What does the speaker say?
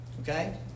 Okay